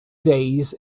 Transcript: days